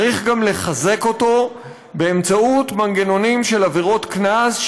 צריך גם לחזק אותו באמצעות מנגנונים של עבירות קנס,